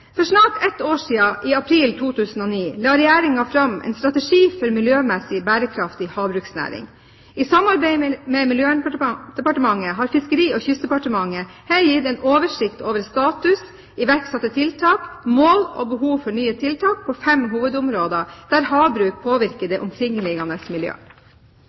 For snart ett år siden – i april 2009 – la Regjeringen fram en strategi for en miljømessig bærekraftig havbruksnæring. I samarbeid med Miljøverndepartementet har Fiskeri- og kystdepartementet her gitt en oversikt over status, iverksatte tiltak, mål og behov for nye tiltak på fem hovedområder der havbruk påvirker